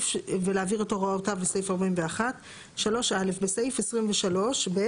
ולהעביר את הוראותיו לסעיף 41. (3א) בסעיף 23(ב),